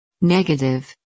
Negative